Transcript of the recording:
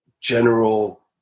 general